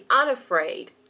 unafraid